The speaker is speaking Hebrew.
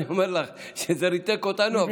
אני אומר לך שזה ריתק אותנו,